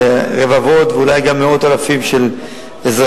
רבבות ואולי גם מאות אלפים של אזרחים